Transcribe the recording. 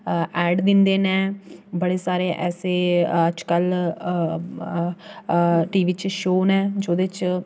add दिंदे न बड़े सारे ऐसे अज्जकल टीवी च शो नै जेह्दे च